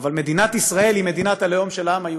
אבל מדינת ישראל היא מדינת הלאום של העם היהודי.